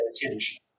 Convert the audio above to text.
attention